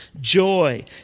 joy